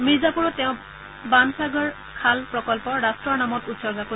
মিৰ্জাপুৰত তেওঁ বানসাগৰ খাল প্ৰকল্প ৰাট্টৰ নামত উৎসৰ্গা কৰিব